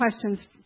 questions